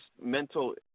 mental